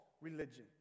religion